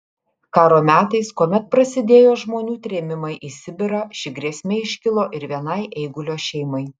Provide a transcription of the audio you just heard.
karo metais kuomet prasidėjo žmonių trėmimai į sibirą ši grėsmė iškilo ir vienai eigulio šeimai